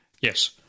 Yes